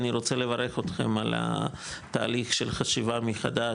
אני רוצה לברך אותכם על התהליך של חשיבה מחדש,